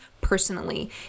personally